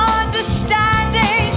understanding